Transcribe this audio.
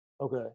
Okay